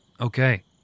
Okay